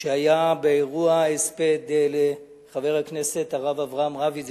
באירוע ההספד לחבר הכנסת הרב אברהם רביץ,